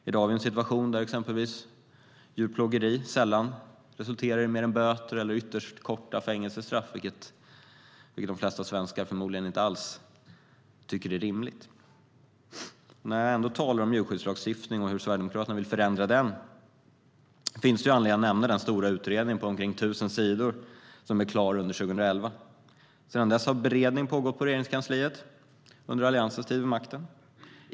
I dag har vi en situation där exempelvis djurplågeri sällan resulterar i mer än böter eller ytterst korta fängelsestraff, vilket de flesta svenskar förmodligen inte alls tycker är rimligt. När jag ändå talar om djurskyddslagstiftning och hur Sverigedemokraterna vill förändra den finns det anledning att nämna den stora utredning på omkring tusen sidor som blev klar under 2011. Sedan dess har beredning pågått i Regeringskansliet under Alliansens tid vid makten.